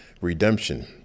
redemption